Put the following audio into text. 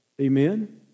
Amen